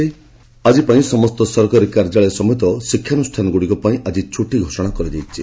ଏଥିସହିତ ଆଜିପାଇଁ ସମସ୍ତ ସରକାରୀ କାର୍ଯ୍ୟାଳୟ ସମେତ ଶିକ୍ଷାନୁଷ୍ଠାନଗୁଡ଼ିକପାଇଁ ଆଜି ଛୁଟି ଘୋଷଣା କରାଯାଇଛି